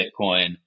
bitcoin